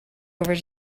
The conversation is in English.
over